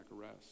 arrest